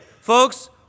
Folks